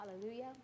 hallelujah